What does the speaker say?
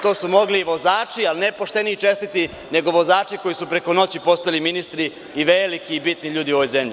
To su mogli vozači, ali ne pošteni i čestiti, nego vozači koji su preko noći postali ministri i veliki i bitni ljudi u ovoj zemlji.